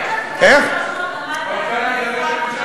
פרשת קו 300 למדת, אדוני השר?